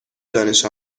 دانش